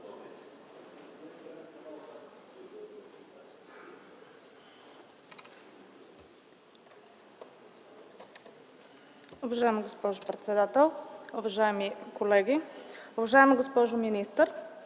Уважаема госпожо председател, уважаеми колеги, уважаема госпожо министър!